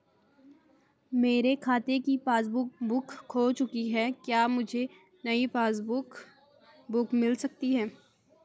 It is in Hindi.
मेरे खाते की पासबुक बुक खो चुकी है क्या मुझे नयी पासबुक बुक मिल सकती है?